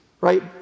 right